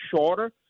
shorter